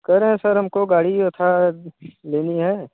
कह रहें हैं सर हम को गाड़ी थोड़ा लेनी है